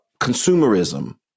consumerism